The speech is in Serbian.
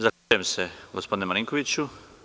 Zahvaljujem se, gospodine Marinkoviću.